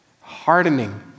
hardening